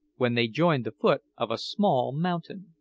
when they joined the foot of a small mountain.